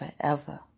forever